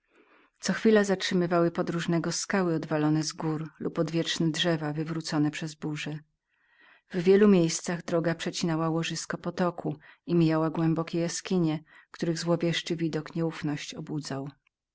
co chwila zatrzymywały podróżnego z gór odwalone skały lub odwieczne drzewa wywrócone przez burze w wielu miejscach droga przecinała łożysko potoku i mijała głębokie jaskinie których sam widok nieufność obudzał